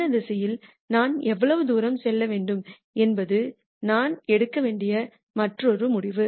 இந்த திசையில் நான் எவ்வளவு தூரம் செல்ல வேண்டும் என்பது நான் எடுக்க வேண்டிய மற்றொரு முடிவு